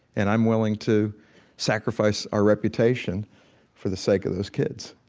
and i'm willing to sacrifice our reputation for the sake of those kids,